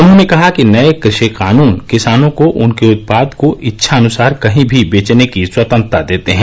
उन्होंने कहा कि नए कृषि कानून किसानों को उनके उत्पाद को इच्छानुसार कहीं भी बेचने की स्वतंत्रता देते हैं